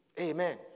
Amen